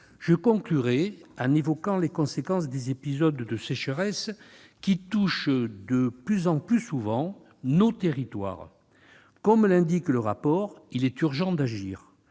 Je conclurai en évoquant les conséquences des épisodes de sécheresse qui touchent de plus en plus souvent nos territoires. Comme l'indique le rapport, il est urgent d'agir